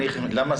נבדקו את זה.